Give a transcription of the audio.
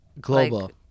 global